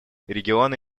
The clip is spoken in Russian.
регионы